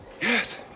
Yes